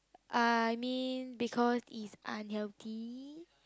I mean because is unhealthy